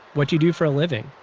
what do you do for a living?